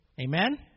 Amen